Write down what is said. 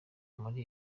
muri